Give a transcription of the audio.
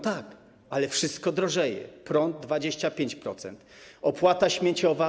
Tak, ale wszystko drożeje: prąd - 25%, opłata śmieciowa.